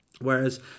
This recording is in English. Whereas